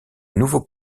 nouveaux